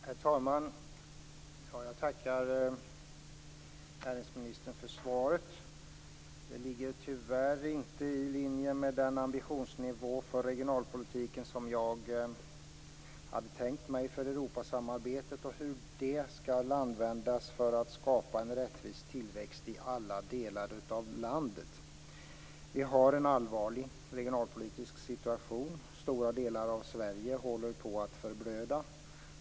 Herr talman! Jag tackar näringsministern för svaret. Det ligger tyvärr inte i linje med den ambitionsnivå för regionalpolitiken som jag hade tänkt mig för Europasamarbetet och hur det samarbetet skall användas för att skapa en rättvis tillväxt i alla delar av landet. Vi har en allvarlig regionalpolitisk situation. Stora delar av Sverige håller på att förblöda.